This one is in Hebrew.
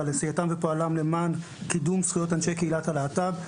על עשייתם ופועלם למען קידום זכויות אנשי קהילת הלהט"ב.